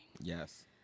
Yes